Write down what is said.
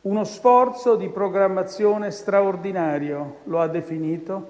«Uno sforzo di programmazione straordinario» - lo ha definito